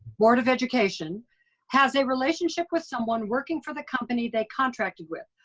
board of education has a relationship with someone working for the company they contracted with.